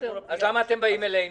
אז למה אתם באים אלינו?